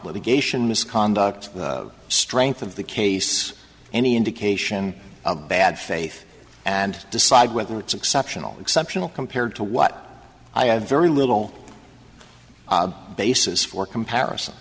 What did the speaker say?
litigation misconduct the strength of the case any indication of bad faith and decide whether it's exceptional exceptional compared to what i have very little basis for comparison